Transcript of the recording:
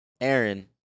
Aaron